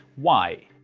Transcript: why.